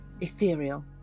ethereal